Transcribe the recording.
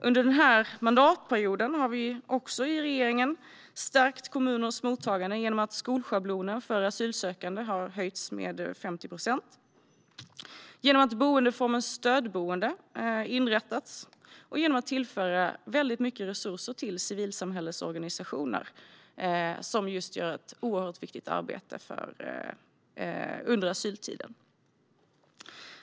Under denna mandatperiod har regeringen stärkt kommuners mottagande genom att skolschablonen för asylsökande har höjts med 50 procent, genom att boendeformen stödboende inrättats och genom att tillföra mycket resurser till civilsamhällets organisationer, som gör ett oerhört viktigt arbete under asyltiden.